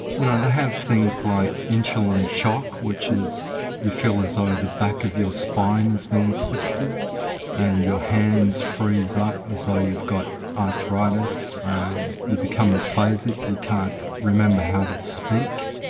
you know they have things like insulin shock which is you feel as though the back of your spine is being twisted and your hands freeze up as though you've got arthritis. and you become aphasic you can't remember how to speak,